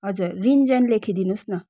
हजुर रिन्जेन लेखिदिनुहोस् न